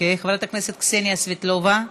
חברת הכנסת קסניה סבטלובה,